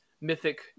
mythic